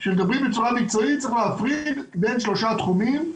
כשמדברים בצורה מקצועית, בין שלושה תחומים.